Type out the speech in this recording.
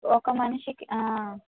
ఒక మనిషికి ఆ